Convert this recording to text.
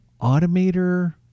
Automator